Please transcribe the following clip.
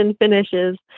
finishes